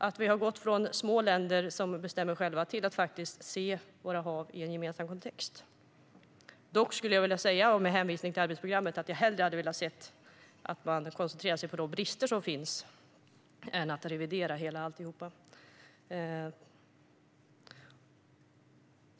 Där har vi gått från att vara små länder som bestämmer för sig själva till att faktiskt se våra hav i en gemensam kontext. Dock skulle jag med hänvisning till arbetsprogrammet vilja säga att jag hellre hade sett att man hade koncentrerat sig på de brister som finns i stället för att revidera alltihop.